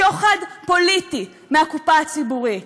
שוחד פוליטי מהקופה הציבורית.